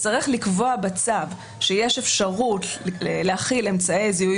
לקבוע בצו שיש אפשרות להחיל אמצעי זיהוי